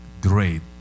great